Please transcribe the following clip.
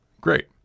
great